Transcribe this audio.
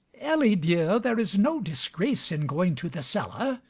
ellie, dear, there is no disgrace in going to the cellar.